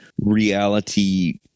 reality